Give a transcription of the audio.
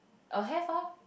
err have ah